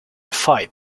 fight